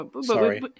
Sorry